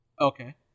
okay